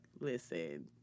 listen